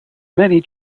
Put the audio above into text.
many